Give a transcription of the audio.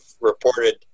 reported